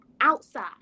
outside